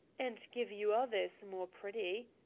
and give you others more pretty.